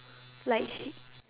like she